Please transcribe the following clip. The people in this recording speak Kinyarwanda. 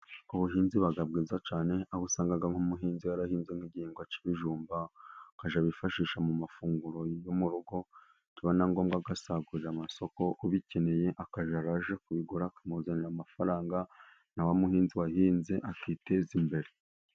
Ubuhinzi buga bwiza cyane, aho usanga nk'umuhinzi yarahinze nk'igihingwa cy'ibijumba ukajya abyifashisha mu mafunguro yo mu rugo, byaba ngombwa agasagurira amasoko, ubikeneye akajya ajya kubigura, akamuzanira amafaranga, na wa muhinzi wahinze akiteza imbere.